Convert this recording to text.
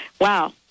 wow